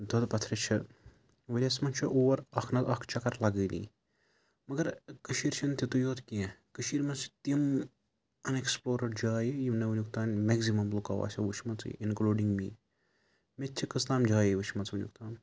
دۄدھٕ پَتھرِ چھِ ؤرۍ یَس منٛز چھُ اور اکھ نَہ تہٕ اکھ چَکَر لَگٲنی مگر کٔشیٖر چھَنہٕ تیٛتے یوت کیٚنٛہہ کٔشیٖر منٛز چھِ تِم اَن ایٚکٕسپٕلورٕڈ جایہِ یِم نہٕ وُنیٛک تانۍ میٚگزِمَم لوٗکو آسیٚن وُچھمژٕے اِنکلوٗڈِنٛگ می مےٚ تہِ چھِ کٔژ تام جایے وُچھمژ وُنیٛک تام